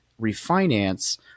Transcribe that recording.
refinance